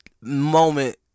moment